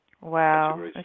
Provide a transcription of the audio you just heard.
Wow